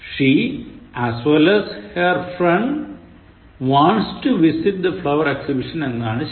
She as well as her friend wants to visit the flower exhibition എന്നതാണ് ശരി